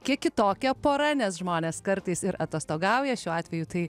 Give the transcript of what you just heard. kiek kitokia pora nes žmonės kartais ir atostogauja šiuo atveju tai